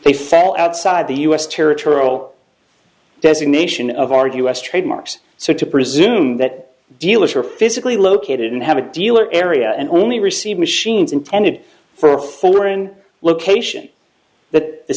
they fell outside the us territorial designation of argue s trademarks so to presume that dealers are physically located and have a dealer area and only receive machines intended for foreign location that the